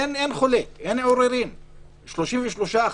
אין חולק, אין עוררין, 33%,